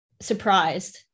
surprised